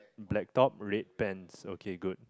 black top red pants okay good